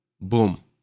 boom